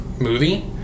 movie